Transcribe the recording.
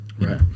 Right